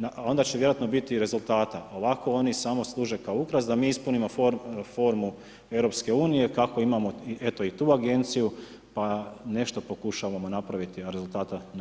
ali onda će vjerojatno biti i rezultata, ovako oni samo služe kao ukras da mi ispunimo formu EU kako imamo eto i tu agenciju, pa nešto pokušavamo napraviti a rezultata nema.